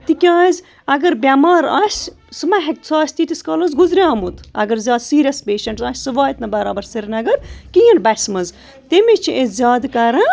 تِکیٛازِ اگر بٮ۪مار آسہِ سُہ ما ہیٚکہِ سُہ آسہِ تیٖتِس کالَس گُزریومُت اگر زیادٕ سیٖریَس پیشنٛٛٹ آسہِ سُہ واتہِ نہٕ بَرابر سرینگر کِہیٖنۍ بَسہِ منٛز تٔمِس چھِ أسۍ زیادٕ کران